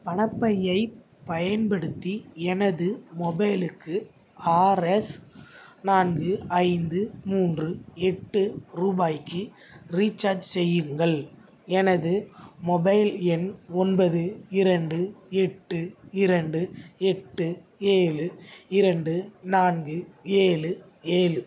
பணப்பையைப் பயன்படுத்தி எனது மொபைலுக்கு ஆர் எஸ் நான்கு ஐந்து மூன்று எட்டு ரூபாய்க்கு ரீசார்ஜ் செய்யுங்கள் எனது மொபைல் எண் ஒன்பது இரண்டு எட்டு இரண்டு எட்டு ஏழு இரண்டு நான்கு ஏழு ஏழு